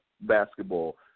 basketball